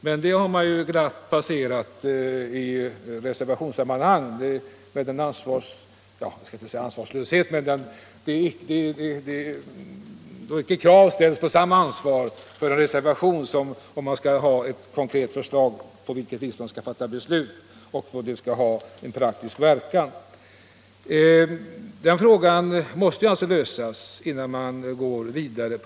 Men den saken har reservanterna glatt gått förbi — jag höll på att säga med den ansvarslöshet som reservanter kan tillåta sig; det ställs inte samma krav på ett reservationsförslag som på ett förslag från utskottsmajoriteten, vilket riksdagen skall grunda sitt beslut på. Och den frågan måste lösas innan man går vidare.